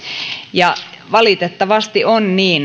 ja valitettavasti on niin